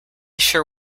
sure